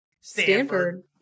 Stanford